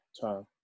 time